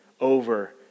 over